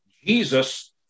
Jesus